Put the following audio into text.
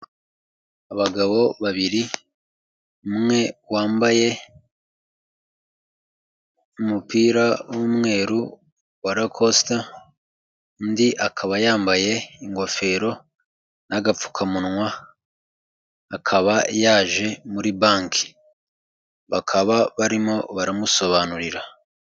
Abagabo babiri umwe wambaye umupira w'umweru wa lakosita, undi akaba yambaye ingofero n'agapfukamunwa akaba yaje muri banki bakaba barimo baramusobanurira.